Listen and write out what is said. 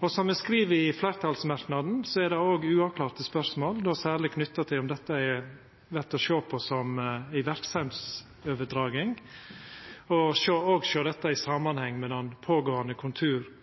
føreset. Som me skriv i fleirtalsmerknaden, er det òg uavklarte spørsmål, då særleg knytte til om dette vert å sjå på som ei verksemdsoverdraging, og til det å sjå dette i samanheng med den pågåande